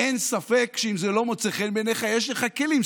אין ספק שאם זה לא מוצא חן בעיניך יש לך כלים.